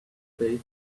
space